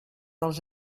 dels